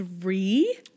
three